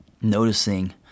noticing